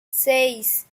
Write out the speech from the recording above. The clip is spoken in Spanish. seis